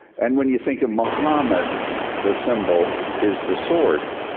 and when you think of muhammad the symbol is the sword?